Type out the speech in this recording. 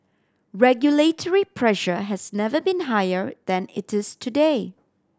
regulatory pressure has never been higher than it is today